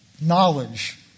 knowledge